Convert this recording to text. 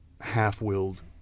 half-willed